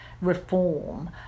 reform